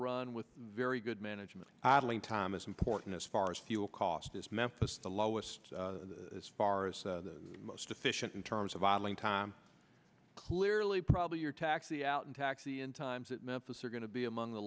run with very good management idling time as important as far as fuel cost is memphis the lowest as far as the most efficient in terms of idling time clearly probably your taxi out and taxi in times that memphis are going to be among the